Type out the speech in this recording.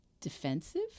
defensive